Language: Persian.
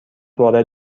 وارد